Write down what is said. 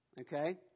Okay